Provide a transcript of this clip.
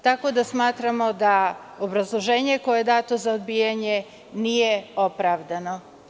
Tako da smatramo da obrazloženje koje je dato za odbijanje nije opravdano.